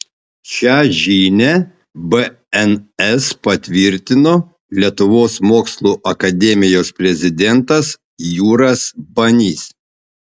šią žinią bns patvirtino lietuvos mokslų akademijos prezidentas jūras banys